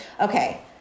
Okay